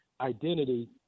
identity